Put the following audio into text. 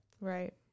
Right